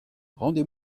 rendez